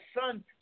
son